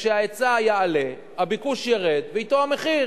כשההיצע יעלה, הביקוש ירד ואתו המחיר.